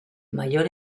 mayor